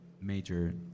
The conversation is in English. major